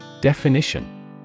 Definition